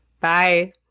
Bye